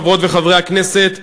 חברות וחברי הכנסת,